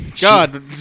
God